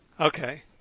Okay